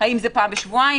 אם זה פעם בשבועיים,